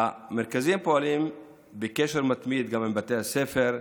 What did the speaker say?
המרכזים פועלים בקשר מתמיד עם בתי הספר,